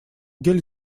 гель